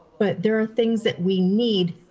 but there are things that we need.